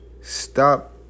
stop